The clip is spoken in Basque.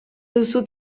duzu